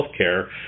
healthcare